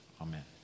Amen